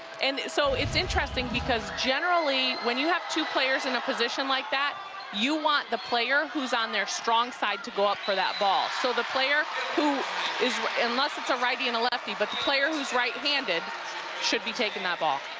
and so it's interesting, because generally when you have two players in a position like that you want the player who's on their strong side to go up for that ball. so the player who is unless it's a righty and lefty. but the player who's right handed should be taking that ball.